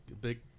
big